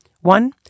One